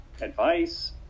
advice